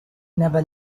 never